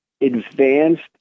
advanced